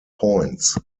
points